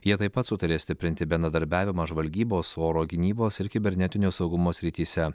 jie taip pat sutarė stiprinti bendradarbiavimą žvalgybos oro gynybos ir kibernetinio saugumo srityse